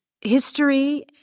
history